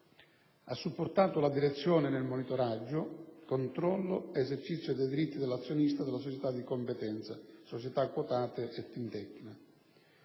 ha supportato la direzione nel monitoraggio, controllo e esercizio dei diritti dell'azionista delle società di competenza (società quotate e Fintecna).